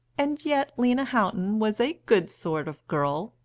and yet lena houghton was a good sort of girl,